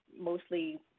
mostly